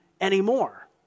anymore